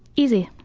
easy.